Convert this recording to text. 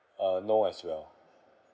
uh no as well